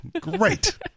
Great